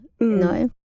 No